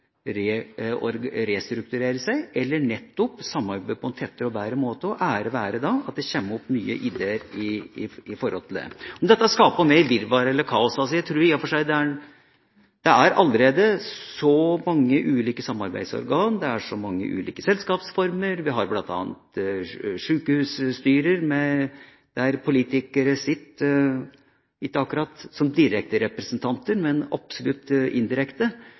restrukturere seg eller netto samarbeide på en tettere og bedre måte. Ære være da at det kommer opp nye ideer i forhold til det. Om dette skaper mer virvar eller kaos: Det er allerede så mange ulike samarbeidsorganer, det er så mange ulike selskapsformer, vi har bl.a. sjukehusstyrer der politikere sitter, ikke akkurat som direkte representanter, men absolutt indirekte,